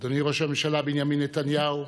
אדוני ראש הממשלה בנימין נתניהו,